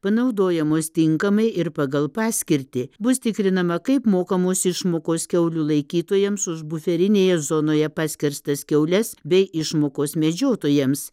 panaudojamos tinkamai ir pagal paskirtį bus tikrinama kaip mokamos išmokos kiaulių laikytojams už buferinėje zonoje paskerstas kiaules bei išmokos medžiotojams